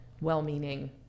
well-meaning